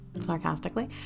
sarcastically